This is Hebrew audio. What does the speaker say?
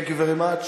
Thank you very much.